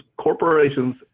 corporations